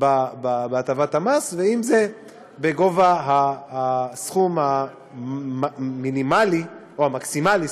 בהטבת המס ואם זה בסכום המינימלי או המקסימלי,